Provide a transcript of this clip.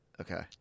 Okay